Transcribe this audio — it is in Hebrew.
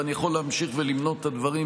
ואני יכול להמשיך ולמנות את הדברים.